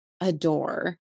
adore